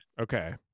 Okay